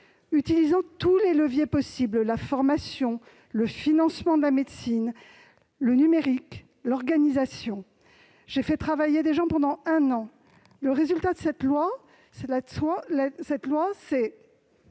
utilisant tous les leviers possibles : la formation, le financement de la médecine, le numérique, l'organisation. J'ai fait travailler des gens pendant un an. Le résultat, c'est ce texte.